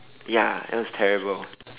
ya it was terrible